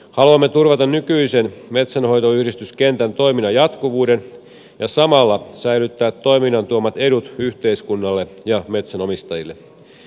haluamme turvata nykyisen metsänhoitoyhdistyskentän toiminnan jatkuvuuden ja samalla säilyttää toiminnan tuomat edut yhteiskunnalle ja metsänomistajille